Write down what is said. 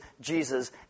Jesus